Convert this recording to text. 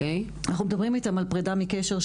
אנחנו מדברים איתם על פרידה מקשר,